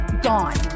gone